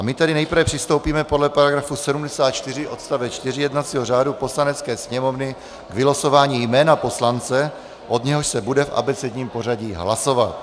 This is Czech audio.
My tedy nejprve přistoupíme podle § 74 odst. 4 jednacího řádu Poslanecké sněmovny k vylosování jména poslance, od něhož se bude v abecedním pořadí hlasovat.